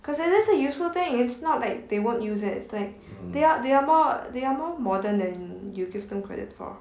because it is a useful thing it's not like they won't use it it's like they are they are more they are more modern than you give them credit for